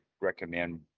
recommend